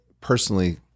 personally